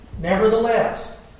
Nevertheless